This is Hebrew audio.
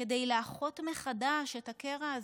כדי לאחות מחדש את הקרע הזה.